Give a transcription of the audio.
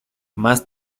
más